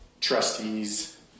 trustees